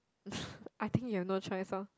I think you have no choice orh